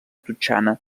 totxana